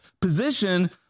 position